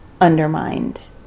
undermined